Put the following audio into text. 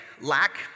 lack